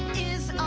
is